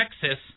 Texas